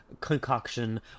concoction